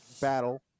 battle